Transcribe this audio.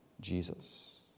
Jesus